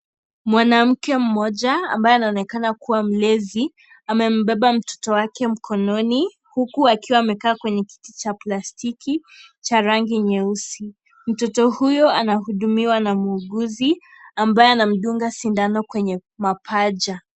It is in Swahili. Mwanamke mmoja ambaye anaonekana kuwa mlezi, amembeba mtoto wake mkono huku akiwa amekaa kwenye kiti cha plastiki cha rangi nyeusi. Mtoto huyo anahudumiwa na muuguzi ambaye anamdunga sindano kwenye mapaja.